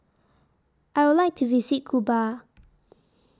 I Would like to visit Cuba